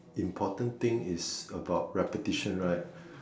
important thing is about repetition right